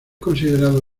considerada